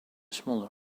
smaller